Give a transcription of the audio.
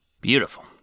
Beautiful